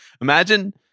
Imagine